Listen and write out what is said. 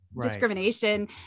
discrimination